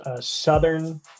southern